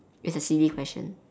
it's a silly question